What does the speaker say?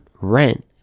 rent